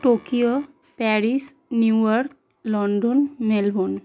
Tokyo Paris New York London Melbourne